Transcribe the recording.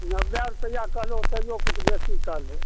नब्बै रुपैया कहलहो तइयो किछु बेसी कहलहो